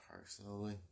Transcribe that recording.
personally